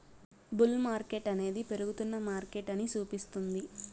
bull మార్కెట్టనేది పెరుగుతున్న మార్కెటని సూపిస్తుంది